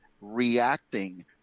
reacting